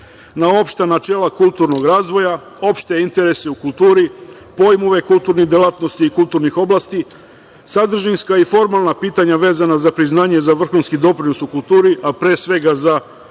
opšta načela kulturnog razvoja, opšte interese u kulturi, pojmove kulturnih delatnosti i kulturnih oblasti, sadržinska i formalna pitanja vezana za priznanje za vrhunski doprinos u kulturi, a pre svega za